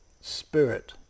spirit